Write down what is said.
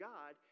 God